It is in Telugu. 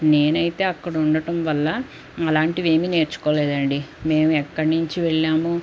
నేనైతే అక్కడుండటం వల్ల అలాంటివేమి నేర్చుకోలేదండి మేమెక్కడనుంచి వెళ్ళామో